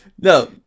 No